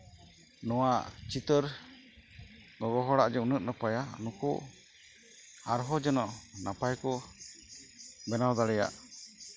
ᱱᱚᱣᱟ ᱪᱤᱛᱟᱹᱨ ᱜᱚᱜᱚ ᱦᱚᱲᱟᱜ ᱡᱮ ᱩᱱᱟᱹᱜ ᱱᱟᱯᱟᱭᱟ ᱱᱩᱠᱩ ᱟᱨᱦᱚᱸ ᱡᱮᱱᱚ ᱱᱟᱯᱟᱭ ᱠᱚ ᱵᱮᱱᱟᱣ ᱫᱟᱲᱮᱭᱟᱜ